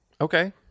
Okay